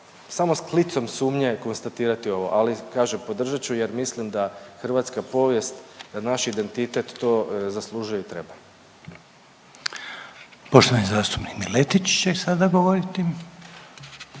samo s klicom sumnje konstatirati ovo, ali kažem podržat ću jer mislim da hrvatska povijest, da naš identitet to zaslužuje i treba. **Reiner, Željko (HDZ)** Poštovani zastupnik Miletić će sada govoriti.